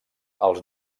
els